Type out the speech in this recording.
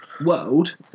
world